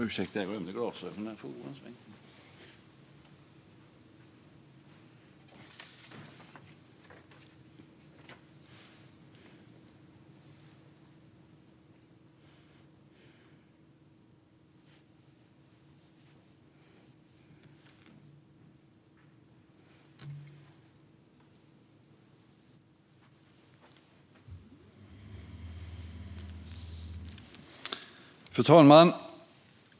Fru talman!